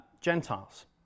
Gentiles